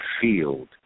field